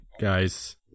guys